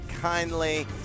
kindly